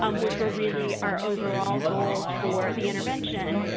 um which were really our overall goals for the intervention.